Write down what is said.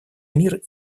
мир